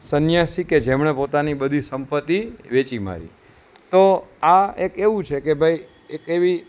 સન્યાસી કે જેમણે પોતાની બધી સંપત્તિ વેચી મારી તો આ એક એવું છે કે ભાઈ એક એવી